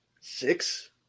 six